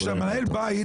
כשאתה מנהל בית,